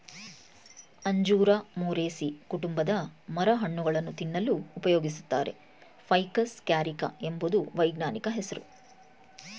ಅಂಜೂರ ಮೊರೇಸೀ ಕುಟುಂಬದ ಮರ ಹಣ್ಣುಗಳನ್ನು ತಿನ್ನಲು ಉಪಯೋಗಿಸುತ್ತಾರೆ ಫೈಕಸ್ ಕ್ಯಾರಿಕ ಎಂಬುದು ವೈಜ್ಞಾನಿಕ ಹೆಸ್ರು